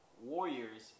warriors